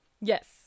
Yes